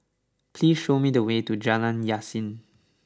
please show me the way to Jalan Yasin